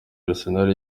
arsenal